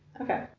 Okay